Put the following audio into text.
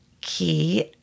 key